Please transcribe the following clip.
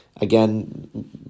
again